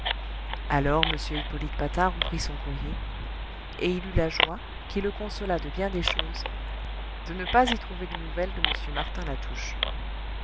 alors m hippolyte patard ouvrit son courrier et il eut la joie qui le consola de bien des choses de ne pas y trouver des nouvelles de m martin latouche